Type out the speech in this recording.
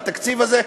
בתקציב הזה,